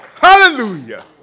Hallelujah